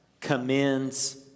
commends